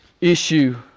issue